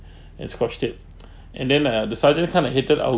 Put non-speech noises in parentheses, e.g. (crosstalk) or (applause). (breath) and squashed it (breath) and then uh the sergeant kind of hated our